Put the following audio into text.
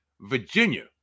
Virginia